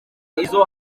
izo